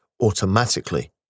automatically